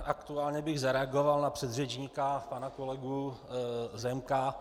Aktuálně bych zareagoval na předřečníka, pana kolegu Zemka.